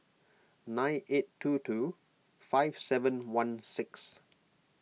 nine eight two two five seven one six